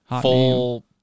full